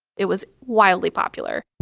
it was wildly popular.